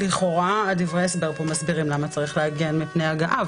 לכאורה בדברי ההסבר פה מסבירים למה צריך להגן מפני הגעה.